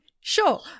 Sure